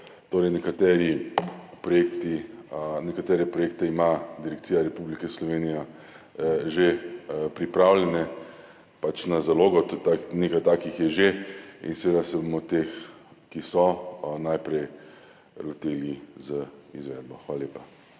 hitrost ukrepov. Nekatere projekte ima Direkcija Republike Slovenije že pripravljene na zalogo, nekaj takih je že in seveda se bomo teh, ki so, najprej lotili z izvedbo. Hvala lepa.